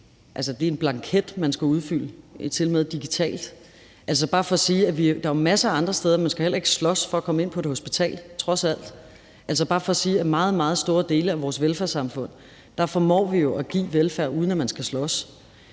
det er en blanket, man skal udfylde, tilmed digitalt. Man skal heller ikke slås for at komme ind på et hospital – trods alt. Det er bare for at sige, at i meget, meget store dele af vores velfærdssamfund formår vi jo at give velfærd, uden at man skal slås.